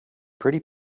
pretty